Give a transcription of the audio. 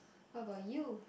how about you